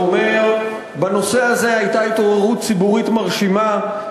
ואומר: בנושא הזה הייתה התעוררות ציבורית מרשימה.